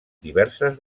diverses